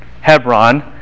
Hebron